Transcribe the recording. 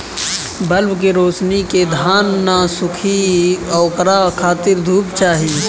bulb के रौशनी से धान न सुखी ओकरा खातिर धूप चाही